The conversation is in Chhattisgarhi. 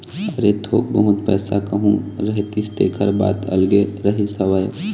अरे थोक बहुत पइसा कहूँ रहितिस तेखर बात अलगे रहिस हवय